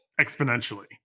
exponentially